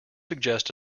suggest